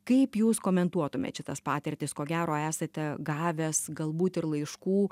kaip jūs komentuotumėt šitas patirtis ko gero esate gavęs galbūt ir laiškų